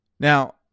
Now